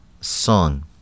song